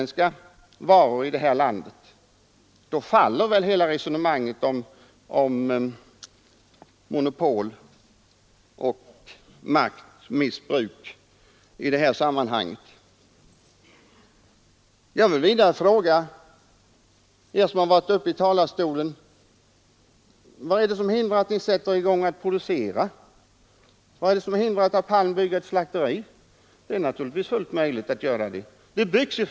Då faller väl hela resonemanget om monopol och maktmissbruk i det här sammanhanget? Jag vill vidare fråga er som varit uppe i talarstolen: Vem hindrar att ni sätter i gång med att producera? Vem hindrar att herr Palm bygger ett slakteri? Det är naturligtvis fullt möjligt för honom att göra det.